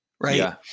Right